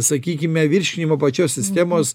sakykime virškinimo pačios sistemos